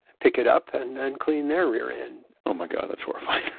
pick it up and and clean their rear end oh my god, that's horrifying!